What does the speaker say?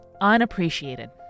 Unappreciated